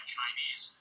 Chinese